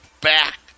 back